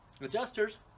adjusters